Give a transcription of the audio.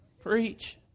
preach